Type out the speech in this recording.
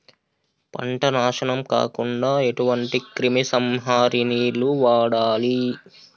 పంట నాశనం కాకుండా ఎటువంటి క్రిమి సంహారిణిలు వాడాలి?